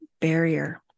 barrier